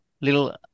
little